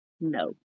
No